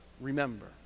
remember